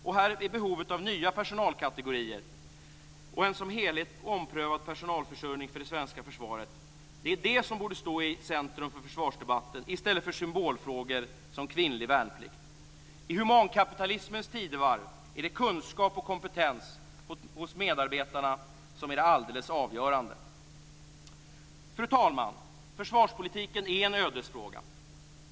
Här är det behovet av nya personalkategorier och en som helhet omprövad personalförsörjning för det svenska försvaret som borde stå i centrum för försvarsdebatten, i stället för symbolfrågor som kvinnlig värnplikt. I humankapitalismens tidevarv är det kunskap och kompetens hos medarbetarna som är det alldeles avgörande. Fru talman! Försvarspolitiken är en ödesfråga.